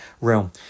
realm